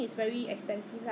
nine dollars and ninety cent